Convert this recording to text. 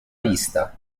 vista